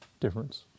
difference